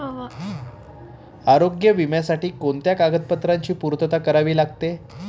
आरोग्य विम्यासाठी कोणत्या कागदपत्रांची पूर्तता करावी लागते?